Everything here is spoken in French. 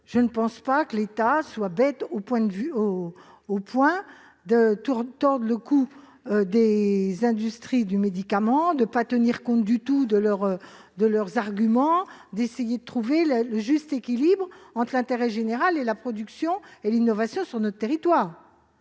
Je ne pense pas que l'État soit bête au point de tordre le cou des industries du médicament, en ne tenant absolument pas compte de leurs arguments. Il s'agit de trouver le juste équilibre entre l'intérêt général et la production et l'innovation sur notre territoire.